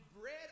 bread